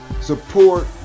Support